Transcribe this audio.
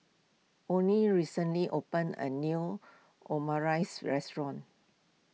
oney recently opened a new Omurice restaurant